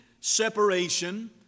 separation